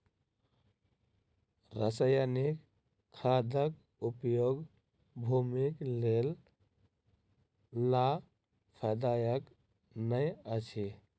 रासायनिक खादक उपयोग भूमिक लेल लाभदायक नै अछि